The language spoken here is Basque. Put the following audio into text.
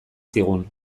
zigun